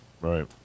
Right